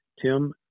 tim